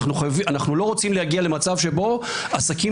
אנחנו לא רוצים להגיע למצב שבו עסקים